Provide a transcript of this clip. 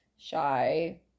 shy